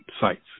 sites